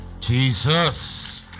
Jesus